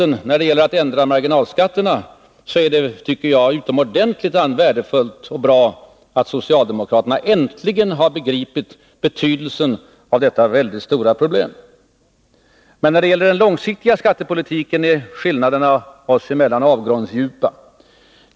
När det gäller att ändra marginalskatterna är det utomordentligt värdefullt att socialdemokraterna äntligen har begripit betydelsen av dessa stora problem. När det gäller den långsiktiga skattepolitiken, är emellertid skillnaderna mellan oss avgrundsdjupa.